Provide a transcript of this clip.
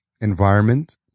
environment